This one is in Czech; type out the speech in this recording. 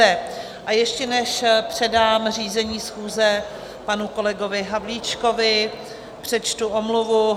A ještě než předám řízení schůze panu kolegovi Havlíčkovi, přečtu omluvu.